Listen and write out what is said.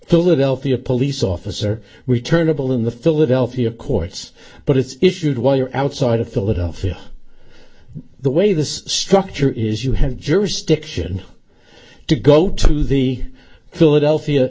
philadelphia police officer returnable in the philadelphia courts but it's issued while you're outside of philadelphia the way this structure is you have jurisdiction to go to the philadelphia